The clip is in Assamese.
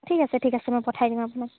ঠিক আছে ঠিক আছে মই পঠাই দিম আপোনাক